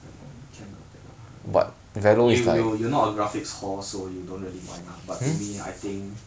then can lah can lah I mean you you you not a graphics whore so you don't really mind lah but to me I think